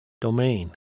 Domain